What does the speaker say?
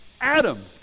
Adam